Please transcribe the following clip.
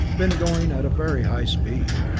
been going at a very high speed,